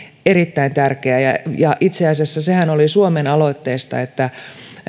erittäin tärkeä ja ja itse asiassa sehän tuli suomen aloitteesta että